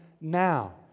now